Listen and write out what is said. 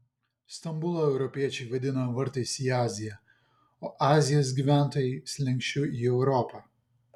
stambulą europiečiai vadina vartais į aziją o azijos gyventojai slenksčiu į europą